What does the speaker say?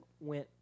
went